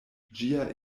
ĝia